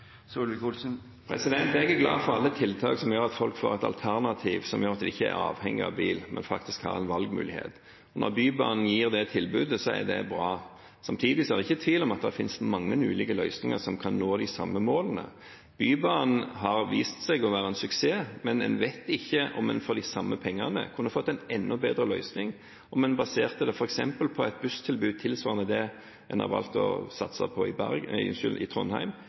Jeg er glad for alle tiltak som gjør at folk får et alternativ som gjør at de ikke er avhengig av bil, men faktisk har en valgmulighet. Når Bybanen gir det tilbudet, er det bra. Samtidig er det ikke tvil om at det finnes mange ulike løsninger for å nå de samme målene. Bybanen har vist seg å være en suksess, men en vet ikke om en for de samme pengene kunne fått en enda bedre løsning, f.eks. basert på et busstilbud tilsvarende det en har valgt å satse på i